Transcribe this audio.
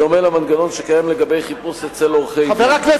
בדומה למנגנון שקיים לגבי חיפוש אצל עורכי-דין.